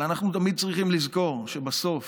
אבל אנחנו תמיד צריכים לזכור שבסוף,